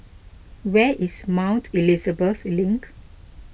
where is Mount Elizabeth Link